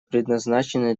предназначены